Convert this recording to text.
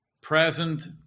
present